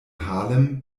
harlem